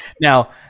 Now